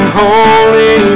holy